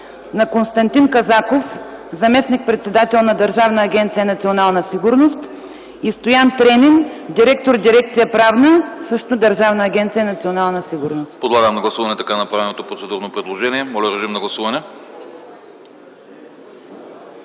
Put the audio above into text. на Константин Казаков - заместник-председател на Държавна агенция „Национална сигурност” и Стоян Тренин - директор на дирекция „Правна”, Държавна агенция „Национална сигурност”.